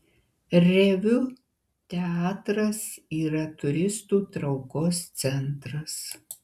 reviu teatras yra turistų traukos centras